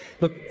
Look